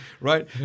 Right